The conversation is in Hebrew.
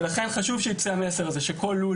ולכן חשוב שייצא המסר הזה שכל לול